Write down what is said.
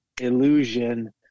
illusion